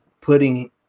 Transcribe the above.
putting